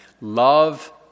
Love